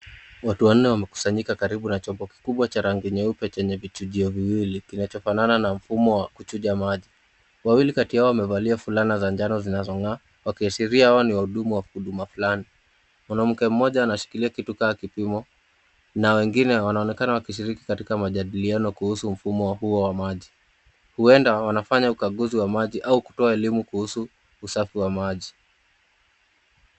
Watu wanne wamekusanyika karibu na chombo kikubwa cha rangi nyeupe chenye vichujio viwili kinachofanana na mfumo wa kuchuja maji. Wawili kati yao wamevalia fulana za njano zinazong'aa wakiashiria wao ni wahudumu wa huduma fulani. Mwanamke mmoja anashikilia kitu kama kipimo na wengine wanaonekana wakishiriki katika majadiliano kuhusu mfumo wa maji. Huenda wanafanya ukaguzi wa maji au kutoa elimu kuhusu usafi wa maji.